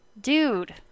Dude